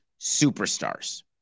superstars